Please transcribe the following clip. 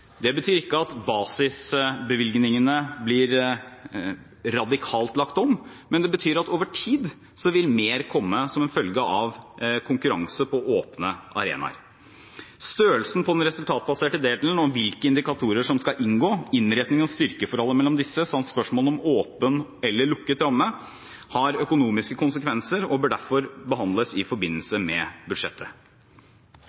Det betyr ikke at basisbevilgningene blir radikalt lagt om, men det betyr at over tid vil mer komme som en følge av konkurranse på åpne arenaer. Størrelsen på den resultatbaserte delen og hvilke indikatorer som skal inngå, innrettingen av styrkeforholdet mellom disse samt spørsmålene om åpen eller lukket ramme har økonomiske konsekvenser og bør derfor behandles i forbindelse med budsjettet.